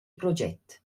proget